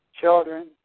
children